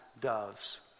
doves